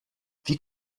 wie